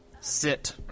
sit